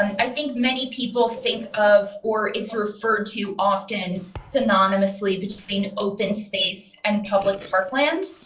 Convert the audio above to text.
i think many people think of or is referred to often synonymously between open space and public parkland,